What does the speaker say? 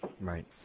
Right